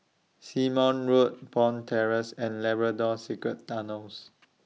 Simon Road Bond Terrace and Labrador Secret Tunnels